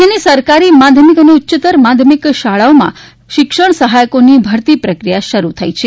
રાજ્યની સરકારી માધ્યમિક અને ઉચ્યત્તર માધ્યમિક શાળાઓમાં શિક્ષણ સહાયકોની ભરતી પ્રક્રિયા શરૂ થઈ છે